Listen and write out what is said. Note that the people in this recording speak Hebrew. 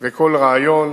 וכל רעיון